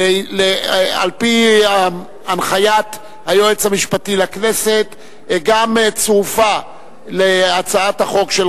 על-פי הנחיית היועץ המשפטי לכנסת צורפה להצעת החוק של